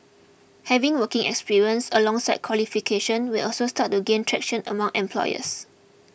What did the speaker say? having working experience alongside qualifications will also start to gain traction among employers